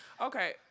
Okay